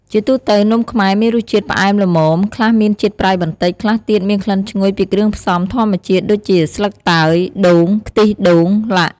ជាទូទៅ នំខ្មែរមានរសជាតិផ្អែមល្មម ខ្លះមានជាតិប្រៃបន្តិច ខ្លះទៀតមានក្លិនឈ្ងុយពីគ្រឿងផ្សំធម្មជាតិដូចជាស្លឹកតើយ ដូង ខ្ទិះដូង។ល។